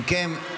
אם כן,